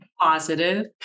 positive